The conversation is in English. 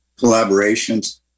collaborations